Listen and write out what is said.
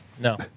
No